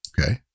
Okay